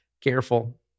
careful